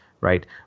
right